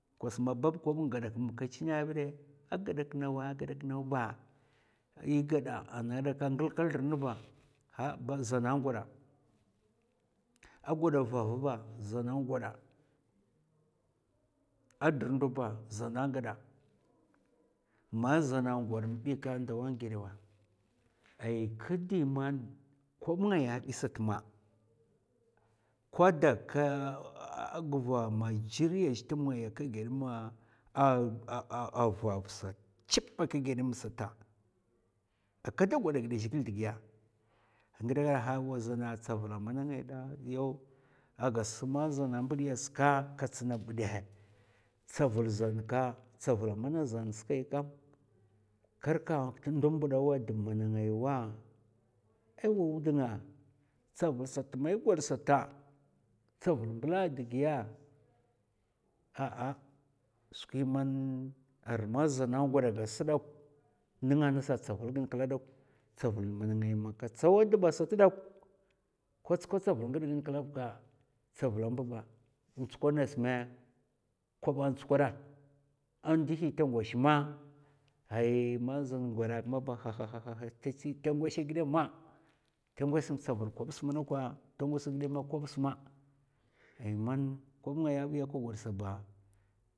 Kwas ma bab kob ngadak ma kè china b'ɓè, a gadak nawa a gadak naw ba è gada ana daka a gèlka zlèr nènga ba, habba zana ngwada, a gwada vav ba zana ngwada, a drr ndo ba zana ngwada, ma zan ngwad mè'bi ka ndawa gèdè wa. ay kdi man kob ngaya ais ma kwada ka gva m'gri zhè tm ngaya kè gèd ma vav sat chèp kè gèd msta kada gwada gida'a zhigil digiya nghidè gad ha wa zana tsavul mana ngai da? Yaw a gas ma zana mbidiya ka, ka tsna bdè, tsavul zan ska tsavula mana zans kaikam ka rka ndun mbudowa dabb mana ngai wa, ay wa wud'nga, tsavulsat mai gwad sata, tsavun mlab digiyda ahah skwi man arai ma zana gwad gas kam nènga ngasa tsavul gin kladok, tsavul mana ngai man ka tsawa dabba sdok, tsavul ngai man tsawa dba sdok ka tsukwa tsavul ghid gin kla bka. tsavula mb'aa. ntsukwa ngas mè koban tsukwada a ndihi ta ngwèsh ma ai man zan ngwada tmaba ta tsi ta ngwèsha gida ma, ta ngwèsh tsavul sm kob sdok ta ngwèsha gida ma kob sma, ay man kob ngaya biya ka gwad sa ba